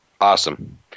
Awesome